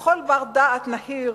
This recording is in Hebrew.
לכל בר-דעת גם נהיר